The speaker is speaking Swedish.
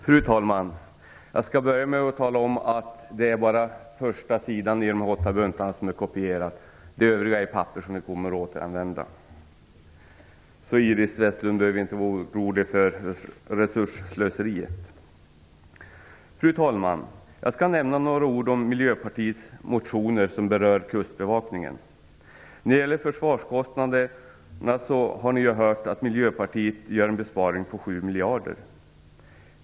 Fru talman! Jag skall börja med att tala om att det bara är första sidan i de åtta buntarna som är kopierad. Det övriga är papper som vi kommer att återanvända. Iréne Vestlund behöver inte vara orolig för resursslöseriet. Fru talman! Jag skall nämna några ord om Miljöpartiets motioner om Kustbevakningen. När det gäller försvarskostnaderna har ni hört att Miljöpartiet vill göra en besparing på 7 miljarder.